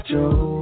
Joe